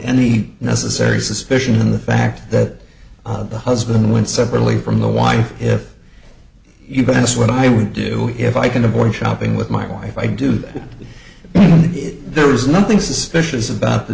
any necessary suspicion in the fact that the husband went separately from the wife if you've been asked what i would do if i can avoid shopping with my wife i do it there is nothing suspicious about the